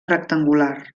rectangular